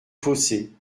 fossés